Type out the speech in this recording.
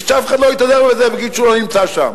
ושאף אחד לא יתהדר בזה ויגיד שהוא לא נמצא שם.